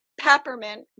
peppermint